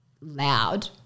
loud